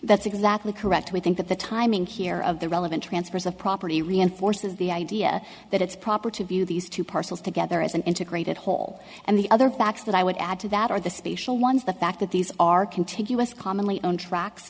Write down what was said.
that's exactly correct we think that the timing here of the relevant transfers of property reinforces the idea that it's proper to view these two parcels together as an integrated whole and the other facts that i would add to that are the spatial ones the fact that these are contiguous commonly known trac